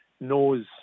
knows